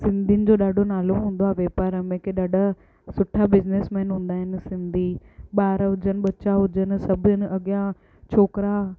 सिंधियुनि जो ॾाढो नालो हूंदो आहे वापार में की ॾाढा सुठा बिज़नैसमैन हूंदा आहिनि सिंधी ॿार हुजनि बच्चा हुजनि सभिनि अॻियां छोकिरा